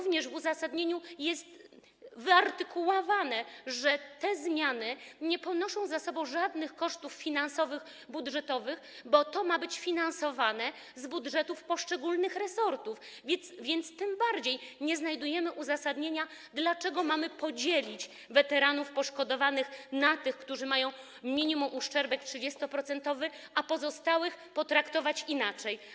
W uzasadnieniu jest również wyartykułowane, że te zmiany nie pociągają za sobą żadnych kosztów finansowych, budżetowych, bo to ma być finansowane z budżetów poszczególnych resortów, więc tym bardziej nie znajdujemy uzasadnienia, dlaczego mamy podzielić weteranów poszkodowanych na tych, którzy mają minimum 30-procentowy uszczerbek, i na pozostałych, i ich potraktować inaczej.